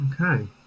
Okay